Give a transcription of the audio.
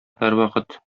һәрвакыт